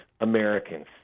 Americans